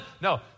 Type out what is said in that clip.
No